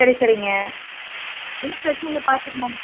சரி சரிங்க ஒன்றும் பிரச்சனையில்லை பார்த்துக்கலாங்க